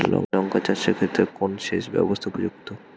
লঙ্কা চাষের ক্ষেত্রে কোন সেচব্যবস্থা উপযুক্ত?